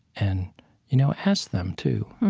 and you know ask them too,